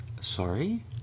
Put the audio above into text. Sorry